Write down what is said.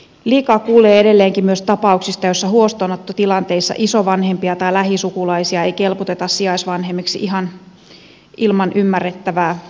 liikaa kuulee edelleenkin myös tapauksista joissa huostaanottotilanteissa isovanhempia tai lähisukulaisia ei kelpuuteta sijaisvanhemmiksi ihan ilman ymmärrettävää syytä